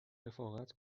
رفاقت